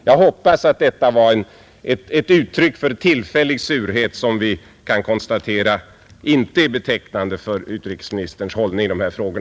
Jag hoppas att detta var ett uttryck för tillfällig surhet som vi kunnat konstatera inte är betecknande för utrikesministerns hållning i dessa frågor.